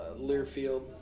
Learfield